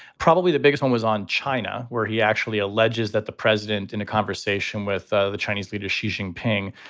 probably the biggest one was on china, where he actually alleges that the president, in a conversation with ah the chinese leadership, xing ping,